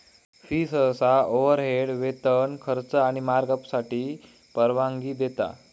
fee सहसा overhead, वेतन, खर्च आणि मार्कअपसाठी परवानगी देता